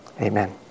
Amen